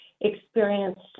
experienced